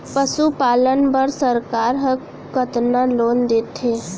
पशुपालन बर सरकार ह कतना लोन देथे?